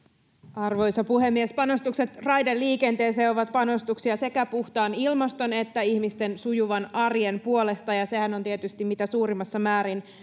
arvoisa puhemies panostukset raideliikenteeseen ovat panostuksia sekä puhtaan ilmaston että ihmisten sujuvan arjen puolesta ja ja sehän on tietysti mitä suurimmassa määrin